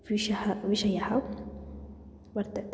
विषः विषयः वर्तते